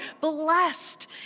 Blessed